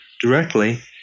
directly